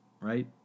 Right